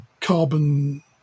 carbon